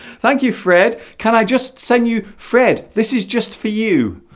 thank you fred can i just send you fred this is just for you